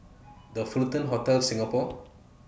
The Fullerton Hotel Singapore